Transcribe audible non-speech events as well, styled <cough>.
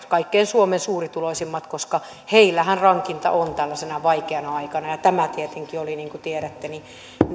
<unintelligible> kaikkein suurituloisimmat koska heillähän rankinta on tällaisena vaikeana aikana ja tämä tietenkin oli niin kuin tiedätte